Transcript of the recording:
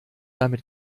damit